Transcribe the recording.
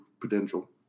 potential